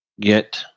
get